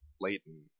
Leighton